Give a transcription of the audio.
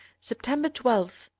september twelve,